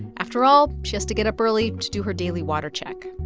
after all, she has to get up early to do her daily water check